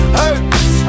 hurts